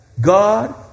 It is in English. God